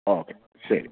okay ശരി